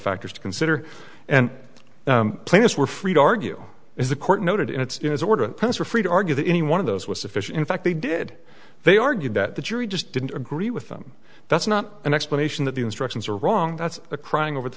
factors to consider and the plaintiffs were free to argue is the court noted in its order for free to argue that any one of those was sufficient in fact they did they argued that the jury just didn't agree with them that's not an explanation that the instructions are wrong that's a crying over the